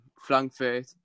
Frankfurt